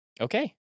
okay